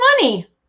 money